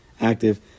active